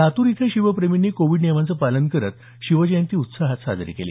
लातूर इथं शिवप्रेमींनी कोविड नियमाचं पालन करत शिवजयंती उत्साहाने साजरी केली